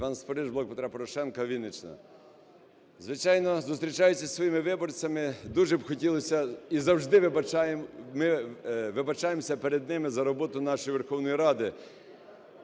Іван Спориш, "Блок Петра Порошенка", Вінниччина. Звичайно, зустрічаючись зі своїми виборцями, дуже хотілося б, і завжди вибачаємося перед ними за роботу нашої Верховної Ради.